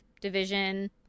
division